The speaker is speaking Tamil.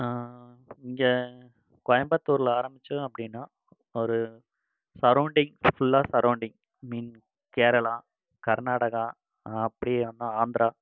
இங்கே கோயம்பத்தூர்ல ஆரம்பித்தோம் அப்படினா ஒரு சரௌண்டிங் ஃபுல்லாக சரௌண்டிங் மீன் கேரளா கர்நாடகா அப்படி வந்தால் ஆந்திரா